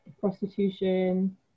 prostitution